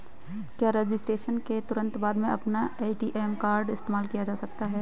क्या रजिस्ट्रेशन के तुरंत बाद में अपना ए.टी.एम कार्ड इस्तेमाल किया जा सकता है?